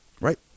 right